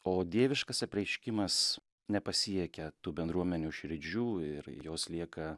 o dieviškas apreiškimas nepasiekia tų bendruomenių širdžių ir jos lieka